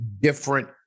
different